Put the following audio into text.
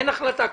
אין החלטה כזאת.